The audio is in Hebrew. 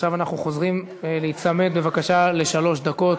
עכשיו אנחנו חוזרים להיצמד, בבקשה, לשלוש דקות.